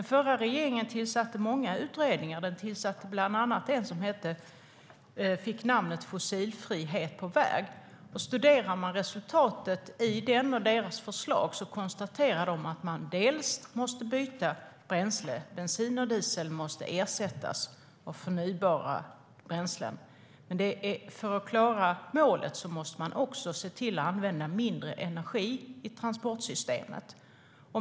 Den förra regeringen tillsatte många utredningar. En av dem ledde till slutbetänkandet Fossilfrihet på väg. Där konstateras att man måste byta bränsle; bensin och diesel måste ersättas av förnybara bränslen. Men för att klara målet måste man också se till att använda mindre energi i transportsystemet.